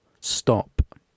stop